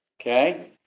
Okay